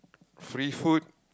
free food